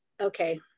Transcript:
okay